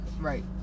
Right